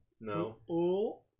No